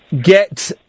get